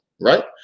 right